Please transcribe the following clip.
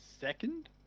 second